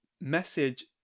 message